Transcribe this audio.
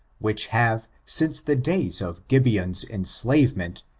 which have, since the days of gibeon's enslavement,